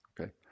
Okay